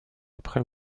après